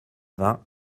vingts